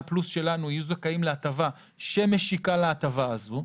פלוס שלנו יהיו זכאים להטבה שמשיקה להטבה הזו,